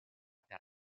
per